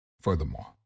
Furthermore